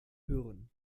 hören